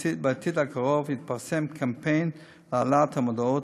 בעתיד הקרוב יתפרסם קמפיין להגברת המודעות